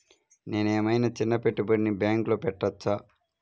నేను ఏమయినా చిన్న పెట్టుబడిని బ్యాంక్లో పెట్టచ్చా?